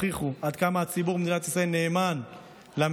הוכיחו עד כמה הציבור במדינת ישראל נאמן למדינה,